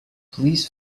please